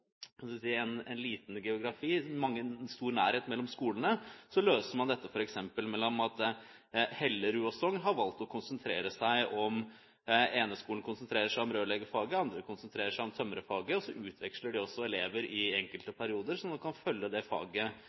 liten geografi, stor nærhet mellom skolene, løser man dette f.eks. slik Hellerud og Sogn har valgt å gjøre. Den ene skolen konsentrerer seg om rørleggerfaget, den andre konsentrerer seg om tømrerfaget. Så utveksler de også elever i enkelte perioder, slik at man kan følge det faget